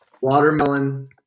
Watermelon